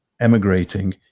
emigrating